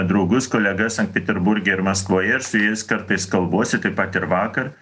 draugus kolegas sankt peterburge ir maskvoje ir su jais kartais kalbuosi taip pat ir vakar